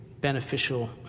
beneficial